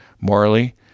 Morally